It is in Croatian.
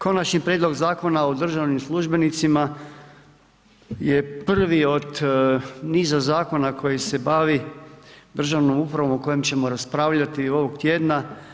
Konačni prijedlog Zakona o državnim službenicima, je prvi od niza zakona koji se bavi državnom upravo o kojoj ćemo raspravljati ovog tjedna.